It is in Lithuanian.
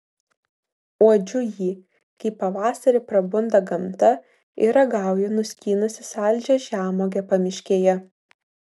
uodžiu jį kai pavasarį prabunda gamta ir ragauju nuskynusi saldžią žemuogę pamiškėje